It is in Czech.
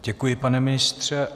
Děkuji, pane ministře.